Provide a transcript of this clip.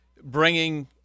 bringing